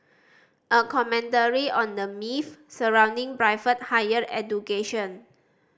a commentary on the myths surrounding private higher education